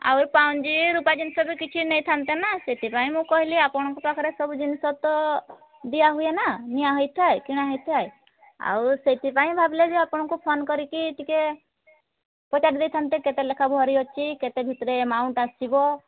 ଆଉ ଏ ପାଉଁଜି ରୂପା ଜିନିଷ ବି କିଛି ନେଇଥାନ୍ତେ ନା ସେଥିପାଇଁ ମୁଁ କହିଲି ଆପଣଙ୍କ ପାଖରେ ସବୁ ଜିନିଷ ତ ଦିଆ ହୁଏନା ନିଆ ହୋଇଥାଏ କିଣା ହୋଇଥାଏ ଆଉ ସେଥିପାଇଁ ଭାବିଲି ଯେ ଆପଣଙ୍କୁ ଫୋନ କରିକି ଟିକିଏ ପଚାରି ଦେଇଥାନ୍ତି କେତେ ଲେଖାଏଁ ଭରି ଅଛି କେତେ ଭିତରେ ଆମାଉଣ୍ଟ ଆସିବ